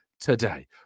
today